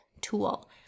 tool